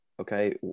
okay